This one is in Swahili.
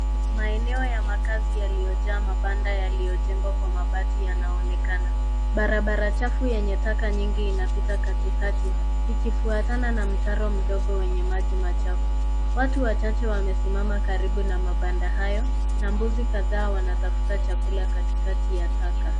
Maeneo ya makazi yaliojaa mabanda yaliojengwa kwa mabati yanaonekana. Barabara chafu yenye taka nyingi inapita katikati, ikifuatana na mtaro mdogo wenye maji machafu. Watu wachache wamesimama karibu na mabanda hayo, na mbuzi kadhaa wanatafuta chakula katikati ya taka.